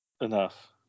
enough